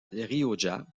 rioja